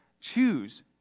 choose